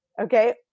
Okay